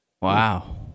Wow